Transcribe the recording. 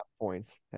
points